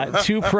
Two